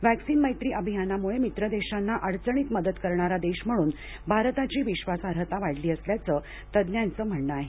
vaccine Maitri अभियानामुळं मित्र देशांना अडचणीत मदत करणारा देश म्हणून भारताची विश्वासार्हता वाढली असल्याचं तज्ज्ञांचं म्हणणं आहे